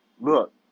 look